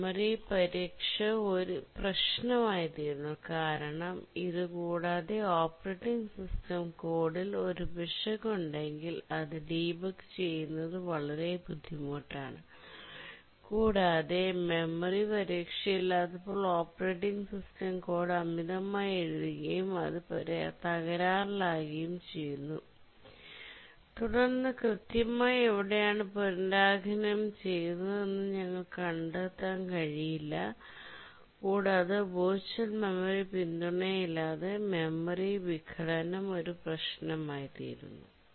memory പരിരക്ഷ ഒരു പ്രശ്നമായിത്തീരുന്നു കാരണം ഇത് കൂടാതെ ഓപ്പറേറ്റിംഗ് സിസ്റ്റം കോഡിൽ ഒരു പിശക് ഉണ്ടെങ്കിൽ അത് ഡീബഗ് ചെയ്യുന്നത് വളരെ ബുദ്ധിമുട്ടാണ് കൂടാതെ മെമ്മറി പരിരക്ഷയില്ലാത്തപ്പോൾ ഓപ്പറേറ്റിംഗ് സിസ്റ്റം കോഡ് അമിതമായി എഴുതുകയും അത് തകരാറിലാകുകയും ചെയ്യുന്നു തുടർന്ന് കൃത്യമായി എവിടെയാണ് പുനരാലേഖനം ചെയ്യുന്നതെന്ന് ഞങ്ങൾക്ക് കണ്ടെത്താൻ കഴിയില്ല കൂടാതെ വിർച്വൽ മെമ്മറി പിന്തുണയില്ലാതെ മെമ്മറി വിഘടനം ഒരു പ്രശ്നമായിത്തീരുന്നു